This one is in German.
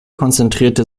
konzentrierte